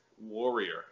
warrior